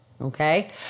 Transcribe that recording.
okay